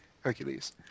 Hercules